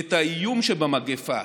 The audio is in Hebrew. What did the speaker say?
את האיום שבמגפה,